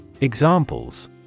Examples